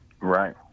Right